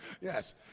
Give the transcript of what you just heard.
yes